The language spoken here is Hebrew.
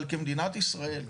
אבל כמדינת ישראל,